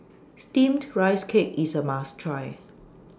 Steamed Rice Cake IS A must Try